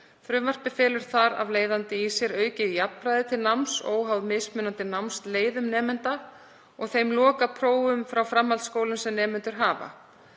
Frumvarpið felur þar af leiðandi í sér aukið jafnræði til náms óháð mismunandi námsleiðum nemenda og þeim lokaprófum frá framhaldsskólum sem nemendur hafa.